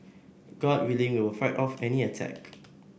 god willing we will fight off any attack